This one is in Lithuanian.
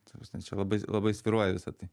ta prasme čia labai labai svyruoja visa tai